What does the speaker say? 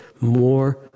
more